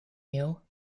you